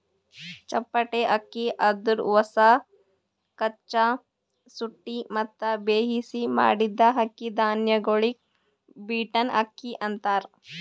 ಚಪ್ಪಟೆ ಅಕ್ಕಿ ಅಂದುರ್ ಹೊಸ, ಕಚ್ಚಾ, ಸುಟ್ಟಿ ಮತ್ತ ಬೇಯಿಸಿ ಮಾಡಿದ್ದ ಅಕ್ಕಿ ಧಾನ್ಯಗೊಳಿಗ್ ಬೀಟನ್ ಅಕ್ಕಿ ಅಂತಾರ್